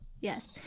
yes